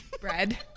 bread